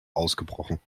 ausgebrochen